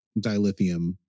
Dilithium